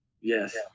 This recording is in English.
Yes